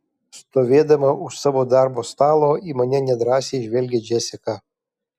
stovėdama už savo darbo stalo į mane nedrąsiai žvelgia džesika